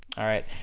alright?